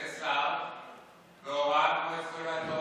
כשר בהוראת מועצת גדולי התורה.